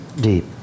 deep